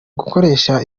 gukoresha